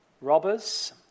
Robbers